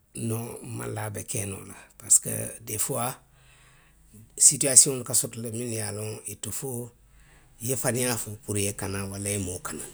Noŋ nmaŋ laa a be kee noo la parisiko. dee fuwaa, siitiyaasiyoŋolu ka soto le minnu ye a loŋ ili to foo, i ye faniyaa fo puru i ye kana walla i ye moo kanandi